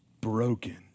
broken